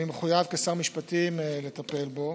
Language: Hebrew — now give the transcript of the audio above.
שאני מחויב כשר משפטים לטפל בו.